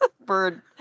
bird